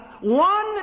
one